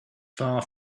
far